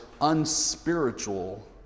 unspiritual